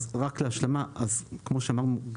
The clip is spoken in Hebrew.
אז רק להשלים: כמו שאמרנו,